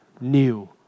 new